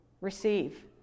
receive